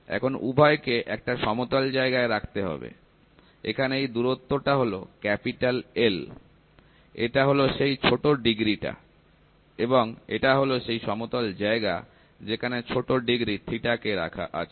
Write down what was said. এখন উভয়কে একটা সমতল জায়গায় রাখতে হবে এখানে এই দূরত্বটা হল L এটা হল সেই ছোট ডিগ্রী টা এবং এটা হল সেই সমতল জায়গা যেখানে ছোট ডিগ্রী কে রাখা আছে